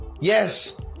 Yes